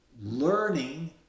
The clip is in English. learning